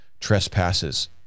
trespasses